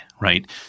right